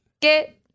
get